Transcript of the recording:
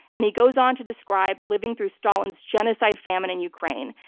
and he goes on to describe living through stalin's genocide famine in ukraine,